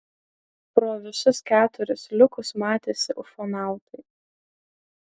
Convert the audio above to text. pro visus keturis liukus matėsi ufonautai